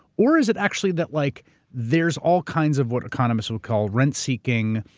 or is it actually that like there's all kinds of, what economists would call, rent seeking,